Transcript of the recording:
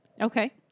Okay